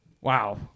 Wow